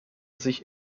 sich